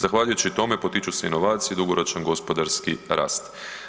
Zahvaljujući tome potiču se inovacije, dugoročan gospodarski rast.